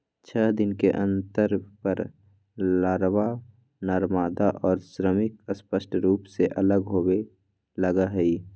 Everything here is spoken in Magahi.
छः दिन के अंतर पर लारवा, नरमादा और श्रमिक स्पष्ट रूप से अलग होवे लगा हई